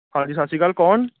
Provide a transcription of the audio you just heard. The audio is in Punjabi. ਹਾਂਜੀ ਸਤਿ ਸ਼੍ਰੀ ਅਕਾਲ ਕੌਣ